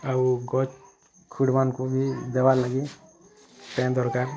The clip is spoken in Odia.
ଆଉ ଗଛ୍ ଖୁଡ଼ବାର୍ କୁ ବି ଦେବାର୍ ଲାଗି ପାଏନ୍ ଦରକାର୍